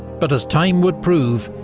but as time would prove,